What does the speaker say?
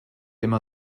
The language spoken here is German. immer